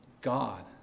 God